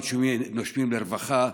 נושמים לרווחה.